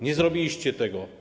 Nie zrobiliście tego.